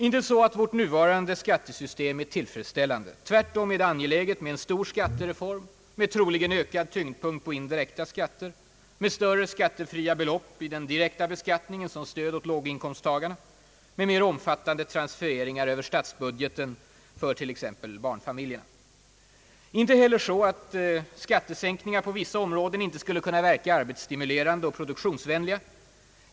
Inte så att vårt nuvarande skattesystem är tillfredsställande — tvärtom är det angeläget med en stor skattereform, troligen med ökad tyngd på indirekta skatter, med större skattefria belopp vid den direkta beskattningen som stöd åt låginkomsttagarna, med mer omfattande transfereringar över statsbudgeten för t.ex. barnfamiljerna. Inte heller så att skattesänkningar på vissa områden inte skulle kunna verka arbetsstimulerande och produktionsvänliga.